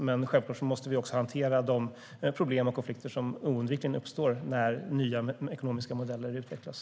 Men självklart måste vi också hantera de problem och konflikter som oundvikligen uppstår när nya ekonomiska modeller utvecklas.